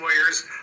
lawyers